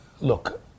Look